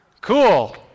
Cool